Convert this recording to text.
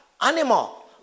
animal